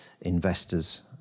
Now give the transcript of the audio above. investors